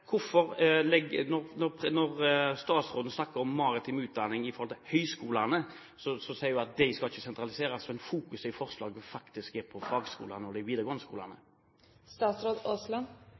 Når statsråden snakker om maritim utdanning i forhold til høyskolene, sier hun at de ikke skal sentraliseres, men fokuset i forslaget er faktisk på fagskolene og de videregående